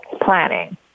planning